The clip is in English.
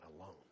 alone